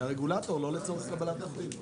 היא הרגולטור לא לצורך קבלת עובדים.